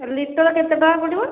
litre କେତେ ଟଙ୍କା ପଡ଼ିବ